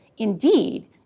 Indeed